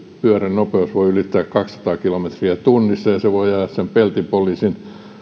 pyörän nopeus voi ylittää kaksisataa kilometriä tunnissa voivat ajaa peltipoliisin